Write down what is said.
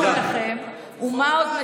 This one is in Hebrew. הוא לא קיים בכלל.